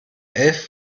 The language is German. elf